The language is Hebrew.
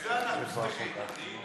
על זה אנחנו שמחים.